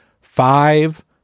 five